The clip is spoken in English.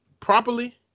Properly